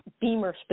Beamer